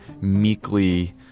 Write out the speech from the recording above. meekly